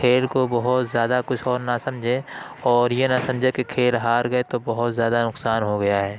کھیل کو بہت زیادہ کچھ اور نہ سمجھیں اور یہ نہ سمجھیں کہ کھیل ہار گئے تو بہت زیادہ نقصان ہو گیا ہے